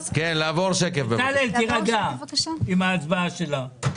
בצלאל, תירגע עם ההצבעה שלה.